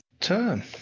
turn